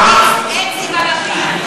אין סיבה להפיל את זה, נחמן.